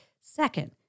Second